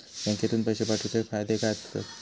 बँकेतून पैशे पाठवूचे फायदे काय असतत?